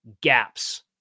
gaps